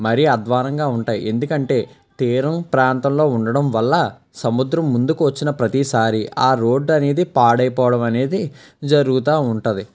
మరీ అద్వానంగా ఉంటాయి ఎందుకంటే తీరం ప్రాంతంలో ఉండడం వల్ల సముద్రం ముందుకు వచ్చిన ప్రతీసారి ఆ రోడ్డు అనేది పాడైపోవడం అనేది జరుగుతూ ఉంటుంది